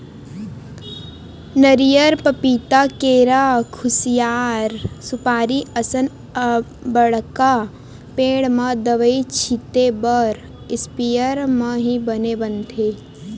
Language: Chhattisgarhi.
नरियर, पपिता, केरा, खुसियार, सुपारी असन बड़का पेड़ म दवई छिते बर इस्पेयर म ही बने बनथे